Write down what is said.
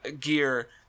gear